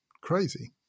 crazy